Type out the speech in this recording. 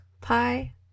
pie